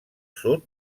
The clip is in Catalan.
sud